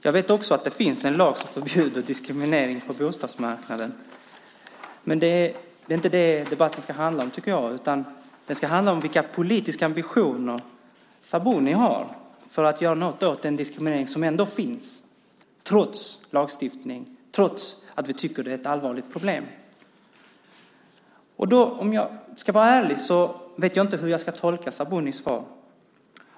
Jag vet också att det finns en lag som förbjuder diskriminering på bostadsmarknaden, men jag tycker inte att debatten ska handla om det utan om vilka politiska ambitioner Sabuni har för att göra något åt den diskriminering som finns trots lagstiftning och trots att vi tycker att det är ett allvarligt problem. Om jag ska vara ärlig vet jag inte hur jag ska tolka Sabunis svar.